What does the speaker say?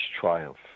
triumph